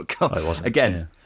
Again